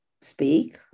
speak